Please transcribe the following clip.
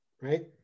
right